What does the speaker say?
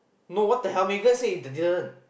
no what the hell Megan said they didn't